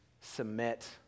submit